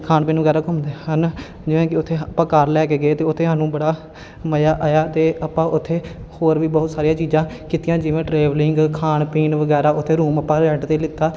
ਖਾਣ ਪੀਣ ਵਗੈਰਾ ਘੁੰਮਦੇ ਹਨ ਜਿਵੇਂ ਕਿ ਉੱਥੇ ਆਪਾਂ ਕਾਰ ਲੈ ਕੇ ਗਏ ਅਤੇ ਉੱਥੇ ਸਾਨੂੰ ਬੜਾ ਮਜ਼ਾ ਆਇਆ ਅਤੇ ਆਪਾਂ ਉੱਥੇ ਹੋਰ ਵੀ ਬਹੁਤ ਸਾਰੀਆਂ ਚੀਜ਼ਾਂ ਕੀਤੀਆਂ ਜਿਵੇਂ ਟਰੈਵਲਿੰਗ ਖਾਣ ਪੀਣ ਵਗੈਰਾ ਉੱਥੇ ਰੂਮ ਆਪਾਂ ਰੈਂਟ 'ਤੇ ਲਿੱਤਾ